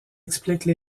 expliquent